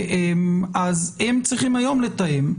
הם צריכים היום לתאם.